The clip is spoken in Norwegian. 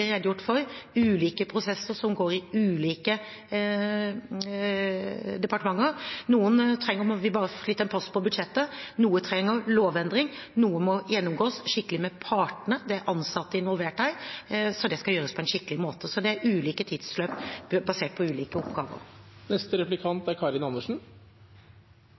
redegjort for ulike prosesser som går i ulike departementer. For noe trenger vi bare å flytte en post på budsjettet, noe trenger lovendring, og noe må gjennomgås skikkelig med partene – det er ansatte involvert her, så det skal gjøres på en skikkelig måte. Så det er ulike tidsløp basert på ulike oppgaver.